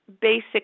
basic